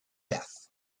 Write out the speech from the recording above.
death